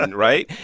and right?